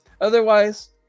otherwise